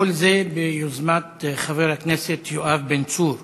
כל זה ביוזמת חבר הכנסת יואב בן צור,